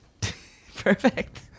Perfect